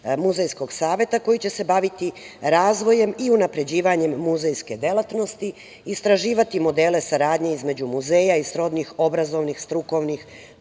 Muzejskog saveta koji će se baviti razvojem i unapređivanjem muzejske delatnosti, istraživati modele saradnje između muzeja i srodnih obrazovnih, strukovnih,